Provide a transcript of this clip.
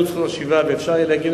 את זכות השיבה ויהיה אפשר להגיע לשלום,